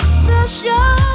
special